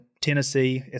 Tennessee